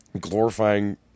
Glorifying